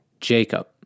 Jacob